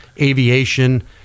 aviation